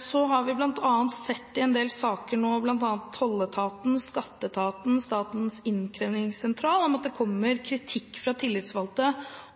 Så har vi sett i en del saker nå, bl.a. i tolletaten, skatteetaten og Statens innkrevingssentral, at det kommer kritikk fra tillitsvalgte